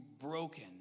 broken